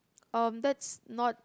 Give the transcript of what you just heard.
um that's not